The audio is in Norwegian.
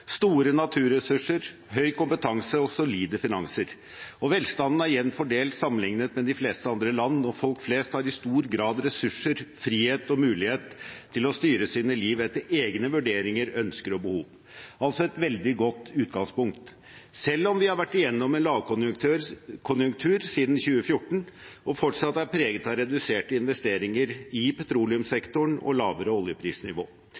solide finanser. Velstanden er jevnt fordelt sammenlignet med de fleste andre land, og folk flest har i stor grad ressurser, frihet og mulighet til å styre sine liv etter egne vurderinger, ønsker og behov – altså et veldig godt utgangspunkt, selv om vi har vært igjennom en lavkonjunktur siden 2014 og fortsatt er preget av reduserte investeringer i petroleumssektoren og lavere oljeprisnivå.